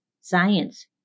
Science